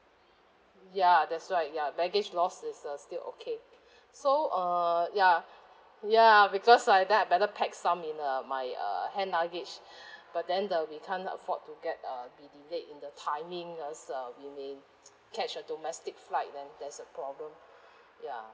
ya that's why ya baggage lost is uh still okay so uh ya ya because like that I better pack some in uh my uh hand luggage but then the we can't afford to get uh be delayed in the timing ah or else uh we may catch a domestic flight then that's a problem ya